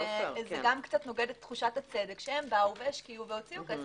וזה גם קצת נוגד את תחושת הצדק שהם באו והשקיעו והוציאו כסף,